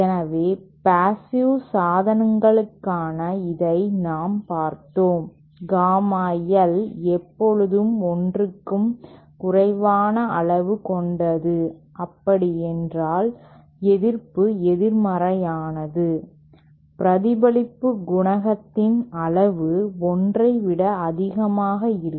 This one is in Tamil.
எனவே பேஷிவ் சாதனங்களுக்காக இதை நாம் பார்த்தோம் காமா L எப்போதும் 1 க்கும் குறைவான அளவு கொண்டது அப்படி என்றால் எதிர்ப்பு எதிர்மறையானது பிரதிபலிப்பு குணகத்தின் அளவு 1 ஐ விட அதிகமாக இருக்கும்